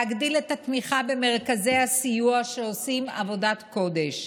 להגדיל את התמיכה במרכזי הסיוע שעושים עבודת קודש,